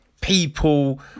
people